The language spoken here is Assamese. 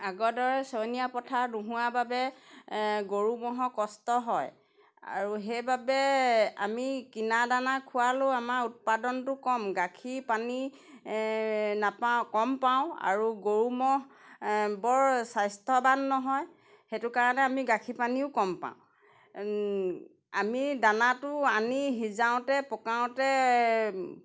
আগৰ দৰে ছয়নীয়া পথাৰ নোহোৱা বাবে গৰু ম'হৰ কষ্ট হয় আৰু সেইবাবে আমি কিনা দানা খোৱালেও আমাৰ উৎপাদনটো কম গাখীৰ পানী নাপাওঁ কম পাওঁ আৰু গৰু ম'হ বৰ স্বাস্থ্যৱান নহয় সেইটো কাৰণে আমি গাখীৰ পানীও কম পাওঁ আমি দানাটো আনি সিজাওঁতে পকাওঁতে